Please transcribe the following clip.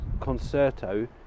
concerto